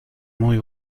muy